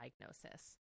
diagnosis